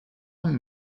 hamm